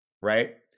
Right